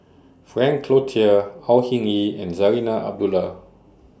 Frank Cloutier Au Hing Yee and Zarinah Abdullah